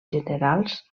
generals